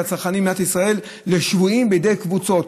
הצרכנים במדינת ישראל לשבויים בידי קבוצות.